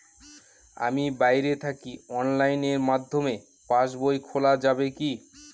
আমি বাইরে থাকি অনলাইনের মাধ্যমে পাস বই খোলা যাবে কি?